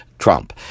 Trump